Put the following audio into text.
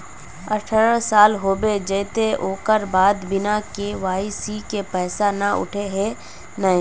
अठारह साल होबे जयते ओकर बाद बिना के.वाई.सी के पैसा न उठे है नय?